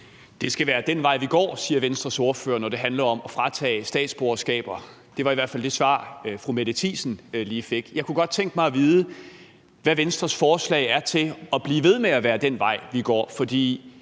Det skal være den vej, vi går, siger Venstres ordfører, når det handler om at fratage statsborgerskaber. Det var i hvert fald det svar, som fru Mette Thiesen lige fik. Jeg kunne godt tænke mig at vide, hvad Venstres forslag er til at lade det blive ved med at være den vej, vi går.